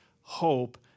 hope